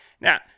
now